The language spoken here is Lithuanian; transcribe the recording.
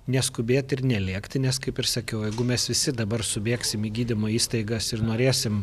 neskubėti ir nelėkti nes kaip ir sakiau jeigu mes visi dabar subėgsim į gydymo įstaigas ir norėsim